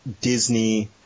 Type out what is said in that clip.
Disney